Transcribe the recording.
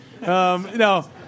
No